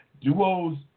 duos